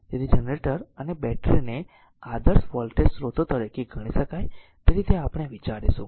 તેથી જનરેટર અને બેટરીને આદર્શ વોલ્ટેજ સ્ત્રોતો તરીકે ગણી શકાય તે રીતે આપણે વિચારીશું